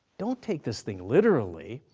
don't take this thing literally,